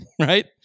right